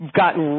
gotten